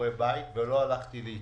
שיעורי בית, אני מודה שלא הלכתי להתייעץ,